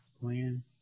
plan